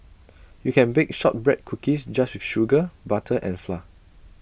you can bake Shortbread Cookies just with sugar butter and flour